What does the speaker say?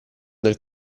del